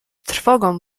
trwogą